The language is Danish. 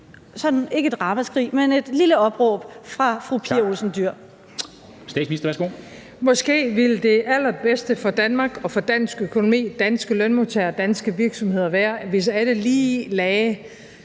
23:23 Statsministeren (Mette Frederiksen): Måske ville det allerbedste for Danmark og for dansk økonomi, danske lønmodtagere og danske virksomheder være, at alle lige lagde